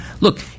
Look